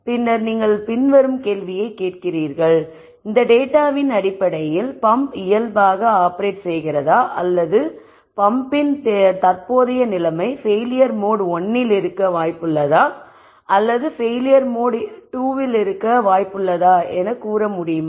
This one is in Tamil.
பின்னர் நீங்கள் பின்வரும் கேள்வியைக் கேட்கிறீர்கள் இந்த டேட்டாவின் அடிப்படையில் பம்ப் இயல்பாக ஆப்பரேட் செய்கிறதா அல்லது பம்ப்பின் தற்போதைய நிலைமை பெயிலியர் மோட் 1ல் இருக்க வாய்ப்புள்ளதா அல்லது பெயிலியர் மோட் 2ல் இருக்க வாய்ப்புள்ளதா எனக் கூற முடியுமா